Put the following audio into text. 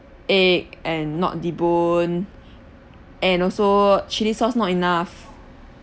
egg and not debone and also chilli sauce not enough